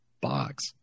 box